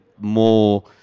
more